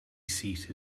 seat